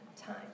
time